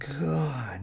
God